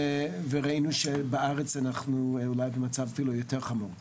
וראינו שבארץ המצב אולי אפילו חמור יותר.